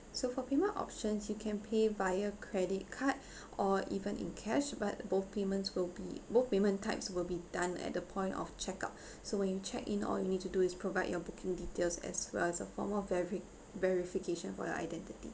so for payment options you can pay via credit card or even in cash but both payments will be both payment types will be done at the point of check out so when you check in all you need to do is provide your booking details as well as a form of veri~ verification for your identity